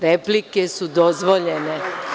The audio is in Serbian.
Replike su dozvoljene.